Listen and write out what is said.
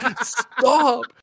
Stop